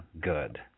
good